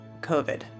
COVID